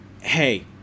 hey